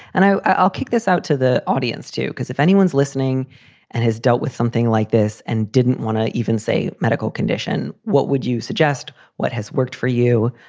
and i'll i'll kick this out to the audience, too, because if anyone's listening and has dealt with something like this and didn't want to even say medical condition, what would you suggest? what has worked for you?